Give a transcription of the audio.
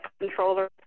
controller